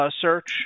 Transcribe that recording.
Search